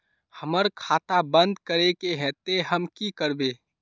हमर खाता बंद करे के है ते हम की करबे?